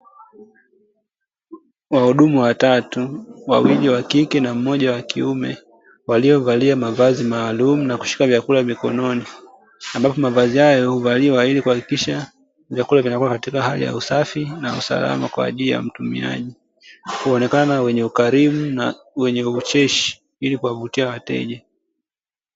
Wahudumu watatu, wawili wakike na mmoja wa kiume, waliovalia mavazi maalumu na kushika vyakula mikononi. Ambapo mavazi hayo huvaliwa ili kuhakikisha vyakula vinakuwa katika hali ya usafi na usalama kwa ajili ya mtumiaji. Wanaonekana wenye ukarimu na wenye ucheshi ili kuwavutia wateja.